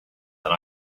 that